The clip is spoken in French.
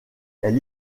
elle